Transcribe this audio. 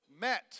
met